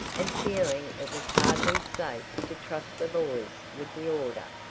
and feeling it was hardly safe to trust the boys with the order.